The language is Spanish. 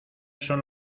son